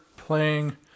playing